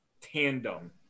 tandem